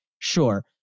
Sure